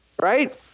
right